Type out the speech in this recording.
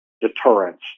deterrence